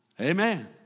Amen